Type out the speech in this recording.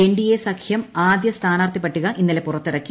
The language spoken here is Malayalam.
എൻഡിഎ സഖ്യം ആദ്യ സ്ഥാനാർത്ഥി പട്ടിക ഇന്നലെ പുറത്തിറക്കി